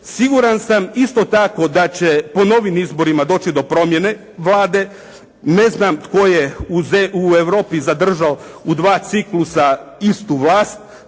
Siguran sam isto tako da će po novim izborima doći do promjene Vlade. Ne znam tko je u Europi zadržao u dva ciklusa istu vlast,